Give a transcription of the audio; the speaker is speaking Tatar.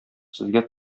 сезгә